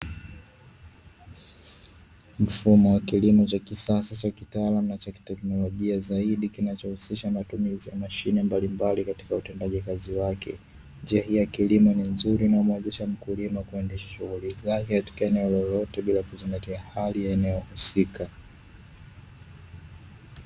Mfumo wa kilimo cha kisasa cha kitalaamu na cha kiteknolojia zaidi, kinachohusisha matumizi ya mashine mbalimbali katika utendaji kazi wake. Njia hii ya kilimo ni nzuri na humwezesha mkulima kuendesha shughuli zake katika eneo lolote bila kuzingatia hali ya eneo husika.